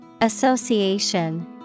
Association